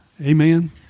Amen